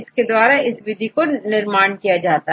इसके द्वारा एक विधि का विकास हुआ